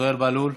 זוהיר בהלול,